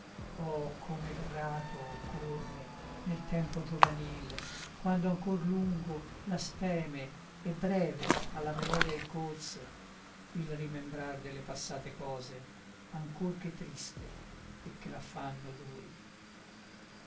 oh come grato occorre nel tempo giovanil quando ancor lungo la speme e breve ha la memoria il corso il rimembrar delle passate cose ancor che triste e che l'affanno duri